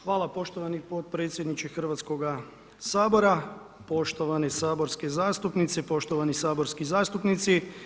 Hvala poštovani potpredsjedniče Hrvatskoga sabora, poštovane saborske zastupnice i poštovani saborski zastupnici.